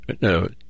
no